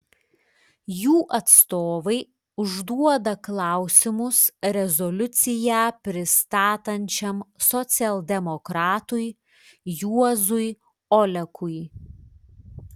jų atstovai užduoda klausimus rezoliuciją pristatančiam socialdemokratui juozui olekui